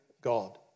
God